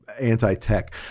anti-tech